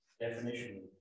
Definition